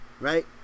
right